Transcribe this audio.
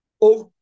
over